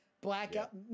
Blackout